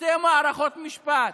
שתי מערכות משפט